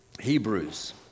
Hebrews